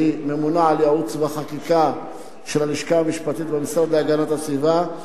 הממונה על ייעוץ וחקיקה בלשכה המשפטית במשרד להגנת הסביבה,